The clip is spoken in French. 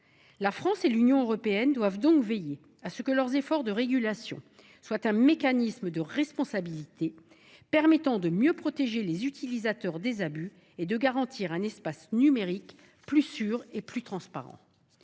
La France et l’Union européenne doivent donc veiller à ce que leurs efforts de régulation aboutissent à un mécanisme de responsabilité protégeant davantage les utilisateurs contre les abus et garantissant un espace numérique plus sûr et plus transparent.